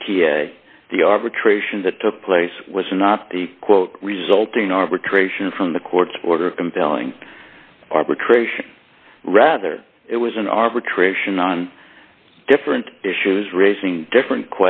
a the arbitration that took place was not a quote resulting arbitration from the court's order compelling arbitration rather it was an arbitration on different issues raising different